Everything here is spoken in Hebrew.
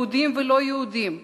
יהודים ולא יהודים,